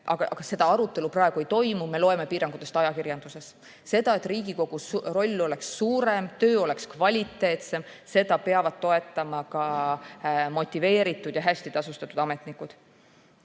Seda arutelu praegu ei toimu, me loeme piirangutest ajakirjandusest. Seda, et Riigikogu roll oleks suurem, meie töö oleks kvaliteetsem, peavad toetama ka motiveeritud ja hästi tasustatud ametnikud.